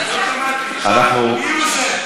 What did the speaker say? מי הוא זה?